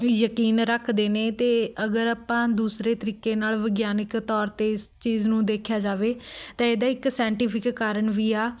ਯਕੀਨ ਰੱਖਦੇ ਨੇ ਅਤੇ ਅਗਰ ਆਪਾਂ ਦੂਸਰੇ ਤਰੀਕੇ ਨਾਲ ਵਿਗਿਆਨਿਕ ਤੌਰ 'ਤੇ ਇਸ ਚੀਜ਼ ਨੂੰ ਦੇਖਿਆ ਜਾਵੇ ਤਾਂ ਇਹਦਾ ਇੱਕ ਸੈਂਟੀਫਿਕ ਕਾਰਨ ਵੀ ਆ